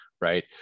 right